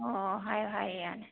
ꯑꯣ ꯍꯥꯏꯌꯣ ꯍꯥꯏꯌꯣ ꯌꯥꯅꯤ